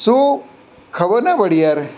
શું ખબર ના પડી યાર